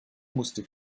musste